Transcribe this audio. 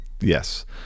yes